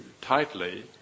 tightly